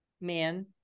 man